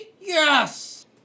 yes